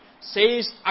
says